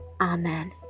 Amen